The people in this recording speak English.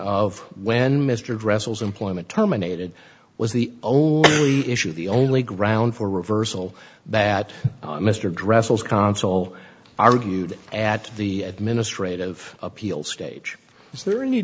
of when mr wrestles employment terminated was the only issue the only ground for reversal bad mr dresses konsole argued at the administrative appeals stage